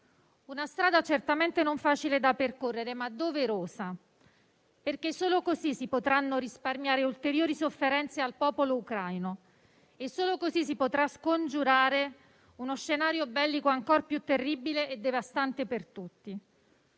una strada certamente non facile da percorrere, ma doverosa. Solo così si potranno risparmiare ulteriori sofferenze al popolo ucraino e solo così si potrà scongiurare uno scenario bellico ancor più terribile e devastante per tutti.